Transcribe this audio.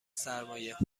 سرمایه